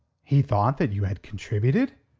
he thought that you had contributed?